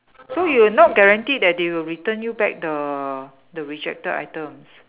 so you will not guaranteed that they will return you back the the rejected items